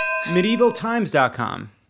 MedievalTimes.com